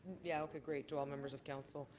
yeah like great. to all members of council.